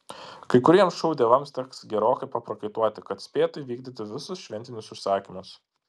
kai kuriems šou dievams teks gerokai paprakaituoti kad spėtų įvykdyti visus šventinius užsakymus